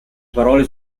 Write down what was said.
parole